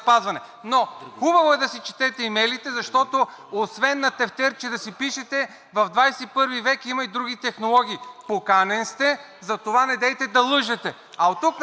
Но хубаво е да си четете имейлите, защото, освен на тефтерче да си пишете, в 21-ви век има и други технологии. Поканен сте, затова недейте да лъжете. А оттук нататък